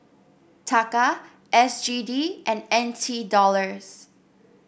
Taka S G D and N T Dollars